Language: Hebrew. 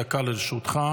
דקה לרשותך